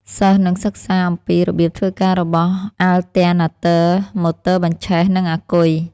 សិស្សនឹងសិក្សាអំពីរបៀបធ្វើការរបស់ អាល់ទែណាទ័រ, ម៉ូទ័របញ្ឆេះ និង អាគុយ។